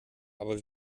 aber